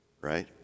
right